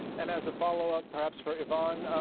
and as a follow up perhaps for yvonne,